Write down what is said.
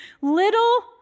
little